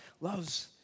loves